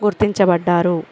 గుర్తించబడ్డారు